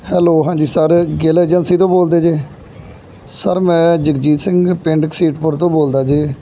hello ਹਾਂਜੀ sir Gill agency ਤੋਂ ਬੋਲਦੇ ਜੇ ਸਰ ਮੈਂ ਜਗਜੀਤ ਸਿੰਘ ਪਿੰਡ ਘਸੀਟਪੁਰ ਤੋਂ ਬੋਲਦਾ ਜੀ